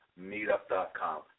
meetup.com